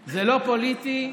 פוליטי,